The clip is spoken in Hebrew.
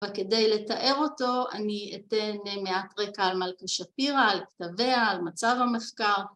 וכדי לתאר אותו אני אתן מעט רקע על מלכה שפירא, על כתביה, על מצב המחקר